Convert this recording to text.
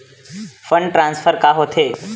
Fund transfer का होथे?